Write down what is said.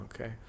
okay